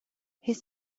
his